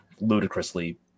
ludicrously